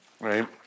Right